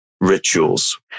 rituals